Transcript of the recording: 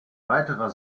weiterer